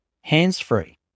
hands-free